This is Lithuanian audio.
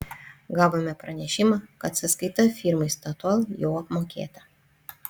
gavome pranešimą kad sąskaita firmai statoil jau apmokėta